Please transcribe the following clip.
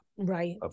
Right